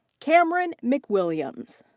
cameron mcwilliams.